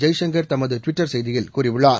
ஜெய்சங்கள் தமது டுவிட்டர் செய்தியில் கூறியுள்ளார்